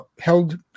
held